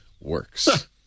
works